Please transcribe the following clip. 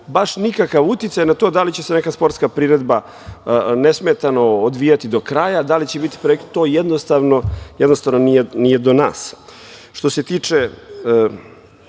nikakav uticaj na to da li će se neka sportska priredba nesmetano odvijati do kraja, da li će biti prekida. To jednostavno nije do nas. Što se tiče